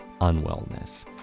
unwellness